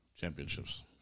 Championships